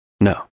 No